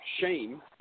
shame